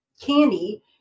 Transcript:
candy